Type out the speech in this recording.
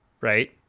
right